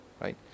right